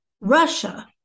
Russia